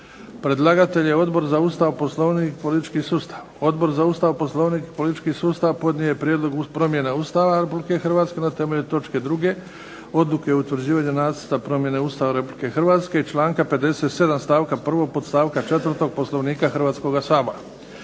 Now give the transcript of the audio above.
Predlagatelj je Odbor za Ustav, Poslovnik i politički sustav. Odbor za Ustav, Poslovnik i politički sustav podnio je prijedlog promjene Ustava Republike Hrvatske na temelju točke druge odluke o utvrđivanju Nacrta promjene Ustava Republike Hrvatske i članka 57. stavka 1. podstavka 4. Poslovnika Hrvatskoga sabora.